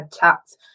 chats